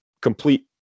complete